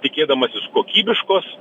tikėdamasis kokybiškos